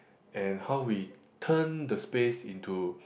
and how we turn the space into